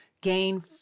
gain